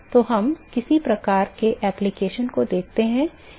तो हम किसी प्रकार के एप्लिकेशन को देखते हैं